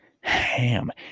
ham